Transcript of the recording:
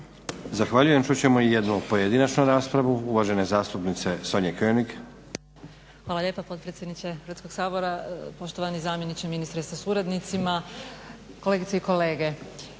Zahvaljujem. Čut ćemo i jednu pojedinačnu raspravu uvažene zastupnice Sonje König.